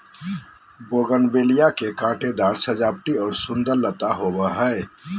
bougainvillea के कांटेदार सजावटी और सुंदर लता होबा हइ